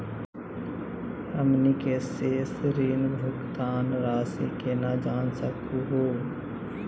हमनी के शेष ऋण भुगतान रासी केना जान सकू हो?